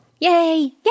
yay